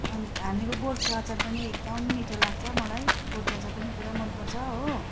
अन् हामीहरू गोर्खे अचार पनि एकदम मिठो लाग्छ मलाई गोर्खे अचार पनि पुरा मनपर्छ हो